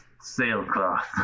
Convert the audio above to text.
sailcloth